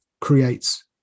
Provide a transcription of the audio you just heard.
creates